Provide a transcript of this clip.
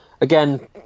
Again